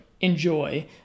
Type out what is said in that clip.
enjoy